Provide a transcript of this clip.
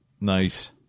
Nice